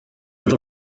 with